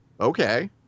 Okay